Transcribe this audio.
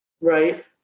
right